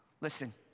Listen